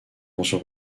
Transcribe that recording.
mention